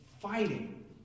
fighting